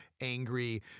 angry